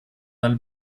dal